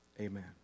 amen